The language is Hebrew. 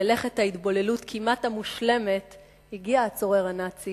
מלאכת ההתבוללות המושלמת כמעט, הגיע הצורר הנאצי